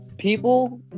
people